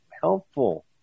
helpful